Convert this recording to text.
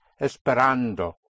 esperando